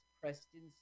Preston